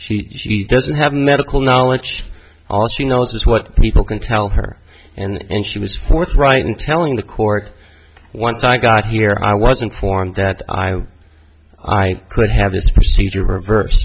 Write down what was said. she doesn't have medical knowledge all she knows is what people can tell her and she was forthright in telling the court once i got here i was informed that i could have this procedure reverse